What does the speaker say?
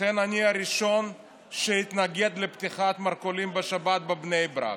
לכן אני הראשון שיתנגד לפתיחת מרכולים בשבת בבני ברק.